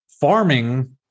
Farming